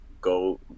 go